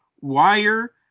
Wire